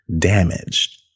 Damaged